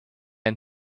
end